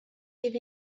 give